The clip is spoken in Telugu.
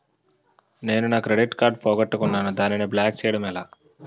నేను నా క్రెడిట్ కార్డ్ పోగొట్టుకున్నాను దానిని బ్లాక్ చేయడం ఎలా?